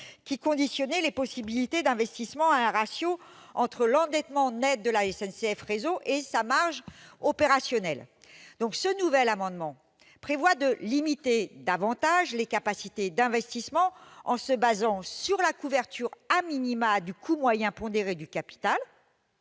qui conditionnait les possibilités d'investissement à un ratio entre l'endettement net de SNCF Réseau et sa marge opérationnelle. Ce nouvel amendement prévoit de limiter davantage les capacités d'investissement en se fondant sur la couverture du coût moyen pondéré du capital-